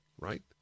right